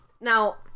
Now